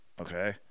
Okay